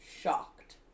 shocked